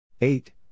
Eight